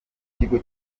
ikiyaga